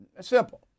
Simple